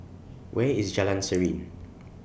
Where IS Jalan Serene